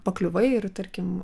pakliuvai ir tarkim